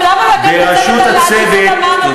בראשות הצוות יעמדו,